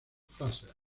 fraser